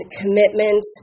commitment